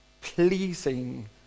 pleasing